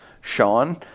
Sean